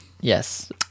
yes